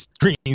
green